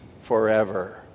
forever